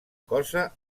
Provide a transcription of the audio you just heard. cosa